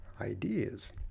ideas